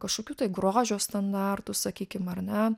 kažkokių tai grožio standartų sakykim ar ne